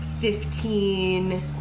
fifteen